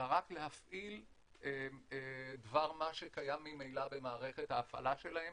אלא רק להפעיל דבר מה שקיים ממילא במערכת ההפעלה שלהם.